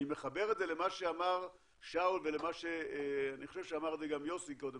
אני מחבר את זה למה שאמר שאול ולמה שאמר את זה גם יוסי קודם